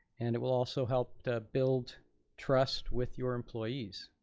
and it will also help to build trust with your employees.